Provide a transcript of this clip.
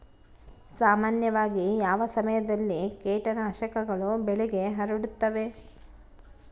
ಸಾಮಾನ್ಯವಾಗಿ ಯಾವ ಸಮಯದಲ್ಲಿ ಕೇಟನಾಶಕಗಳು ಬೆಳೆಗೆ ಹರಡುತ್ತವೆ?